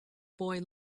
boy